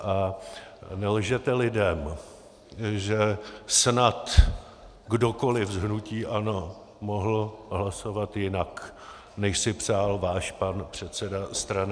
A nelžete lidem, že snad kdokoliv z hnutí ANO mohl hlasovat jinak, než si přál váš pan předseda strany.